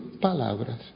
palabras